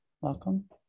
welcome